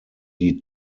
die